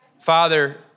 Father